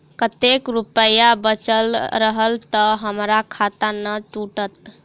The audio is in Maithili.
कतेक रुपया बचल रहत तऽ हम्मर खाता नै टूटत?